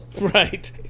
Right